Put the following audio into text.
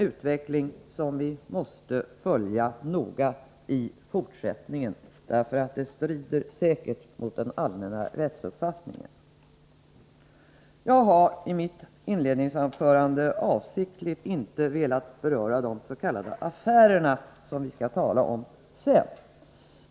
Utvecklingen måste därför noga följas i fortsättningen. Det förfarande som jag här har skildrat strider säkert mot den allmänna rättsuppfattningen. Jag har i mitt inledningsanförande avsiktligt inte velat beröra de s.k. affärer som vi skall tala om sedan.